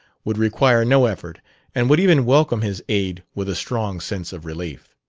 would require no effort and would even welcome his aid with a strong sense of relief.